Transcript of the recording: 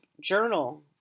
journal